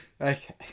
Okay